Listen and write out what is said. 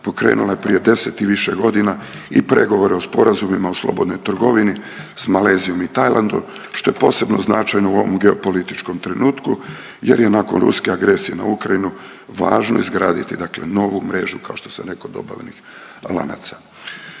pokrenula je prije 10 i više godina i pregovore o sporazumima o slobodnoj trgovini s Malezijom i Tajlandom što je posebno značajno u ovom geopolitičkom trenutku jer je nakon ruske agresije na Ukrajinu vlažno izgraditi novu mrežu kao što sam rekao od … lanaca.